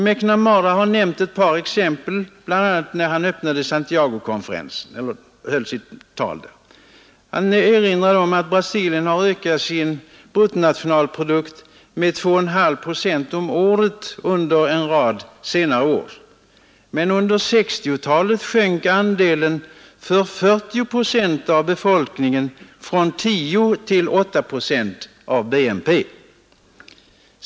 McNamara har nämnt ett par exempel, bl.a. i sitt tal vid Santiagokonferensen. Han erinrade om att Brasilien har ökat sin bruttonationalprodukt med 2,5 procent om året under en rad senare år. Men under 1960-talet sjönk andelen för 40 procent av befolkningen från 10 till 8 procent av BNP.